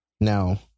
Now